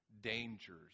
dangers